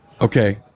Okay